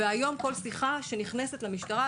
והיום כל שיחה שנכנסת למשטרה,